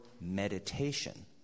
meditation